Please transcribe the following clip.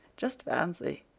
just fancy!